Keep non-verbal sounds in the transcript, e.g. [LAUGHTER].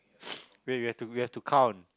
[BREATH] wait we have to we have to count